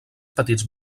petits